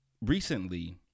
recently